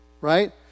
Right